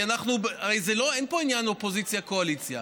הרי אין פה עניין של אופוזיציה וקואליציה.